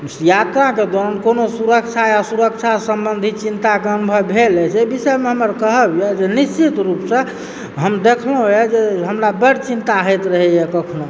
यात्राकऽ दौरान कोनो सुरक्षा या सुरक्षा सम्बन्धी चिन्ता गाममऽ भेलए से विषयमऽ हमर कहब यऽ जे निश्चित रूपसँ हम देखलहुँए जे हमरा बड्ड चिन्ता होइत रहयए कखनो